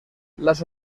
las